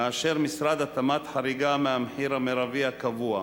משרד התמ"ת מאשר חריגה מהמחיר המרבי הקבוע.